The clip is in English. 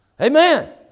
Amen